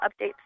updates